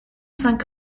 cinq